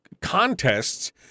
contests